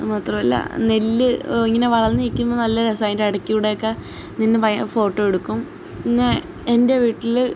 മാത്രമല്ല നെല്ല് ഇങ്ങനെ വളർന്ന് നിൽക്കുമ്പം നല്ല രസമാണ് അതിൻ്റെ ഇടയ്ക്ക്കൂടിയൊക്കെ നിന്ന് ഫോട്ടോ എടുക്കും പിന്നെ എൻ്റെ വീട്ടിൽ